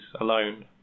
alone